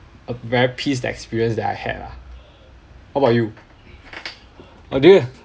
a very pissed experience that I had lah how about you or do you